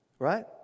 right